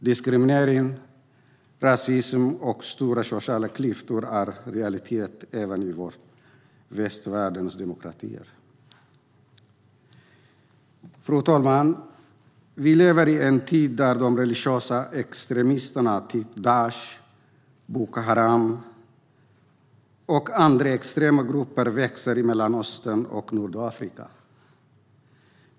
Diskriminering, ras-ism och stora sociala klyftor är en realitet även i västvärldens demokratier. Fru talman! Vi lever i en tid då religiösa extremistgrupper som Daish, Boko Haram och andra extrema grupper växer i Mellanöstern och Nordafrika.